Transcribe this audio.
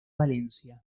valencia